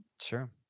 Sure